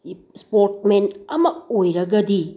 sport ꯃꯦꯟ ꯑꯃ ꯑꯣꯏꯔꯒꯗꯤ